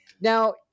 Now